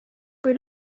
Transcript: kui